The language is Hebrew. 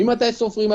ממתי סופרים.